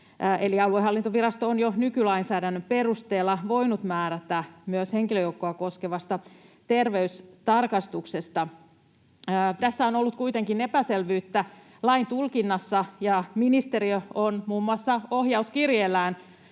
aluehallintovirasto on jo nykylainsäädännön perusteella voinut määrätä myös henkilöjoukkoa koskevasta terveystarkastuksesta. Lain tulkinnassa on ollut kuitenkin epäselvyyttä, ja ministeriö on muun muassa ohjauskirjeellään